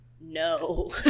No